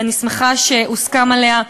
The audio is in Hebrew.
ואני שמחה שהוסכם עליה,